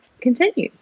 continues